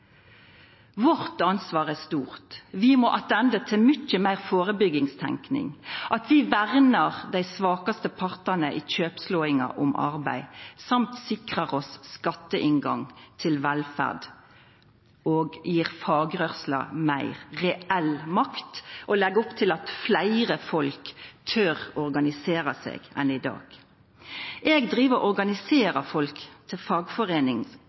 Vårt ansvar er stort. Vi må attende til mykje meir førebyggjande tenking. Vi må verna dei svakaste partane i kjøpslåinga om arbeid og sikra oss skatteinngang til velferd, gje fagrørsla meir reell makt og leggja opp til at fleire folk enn i dag tør å organisera seg. Eg driv og organiserer folk til